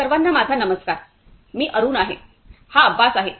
सर्वांना माझा नमस्कार मी अरुण आहे हा अब्बास आहे